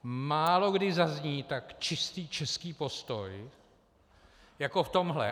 Málokdy zazní tak čistý český postoj jako v tomhle.